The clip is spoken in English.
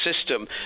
system